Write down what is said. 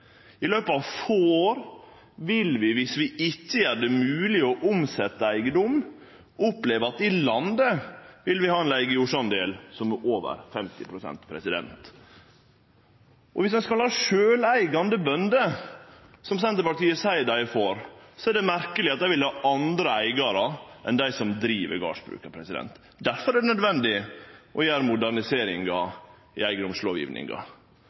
I løpet av få år vil vi, viss vi ikkje gjer det mogleg å omsetje eigedom, oppleve at i heile landet vil vi ha ein leigejordsdel på over 50 pst. Viss ein skal ha sjølveigande bønder, som Senterpartiet seier dei er for, er det merkeleg at dei vil ha andre eigarar enn dei som driv gardsbruket. Difor er det nødvendig å gjere moderniseringar i